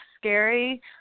scary